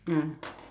ah